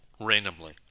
randomly